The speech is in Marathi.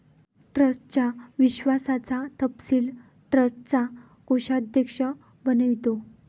ट्रस्टच्या विश्वासाचा तपशील ट्रस्टचा कोषाध्यक्ष बनवितो